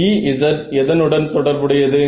Ez எதனுடன் தொடர்புடையது